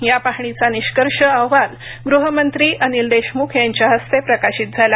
या पाहणीचा निष्कर्ष अहवाल गृह मंत्री अनिल देशमुख यांच्या हस्ते प्रकाशित झाला